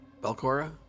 Belcora